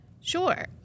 Sure